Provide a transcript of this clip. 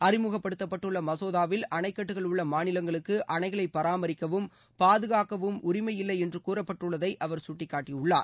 அறிமுகப்படுத்தப்பட்டுள்ள மசோதாவில் அணைக்கட்டுகள் உள்ள மாநிலங்களுக்கு அணைகளை பராமரிக்கவும் பாதுகாக்கவும் உரிமை இல்லை என்று கூறப்பட்டுள்ளதை அவர் கட்டிக்காட்டியுள்ளார்